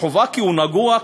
כי הוא נגוע,